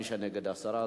מי שנגד, הסרה.